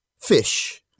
fish